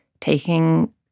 taking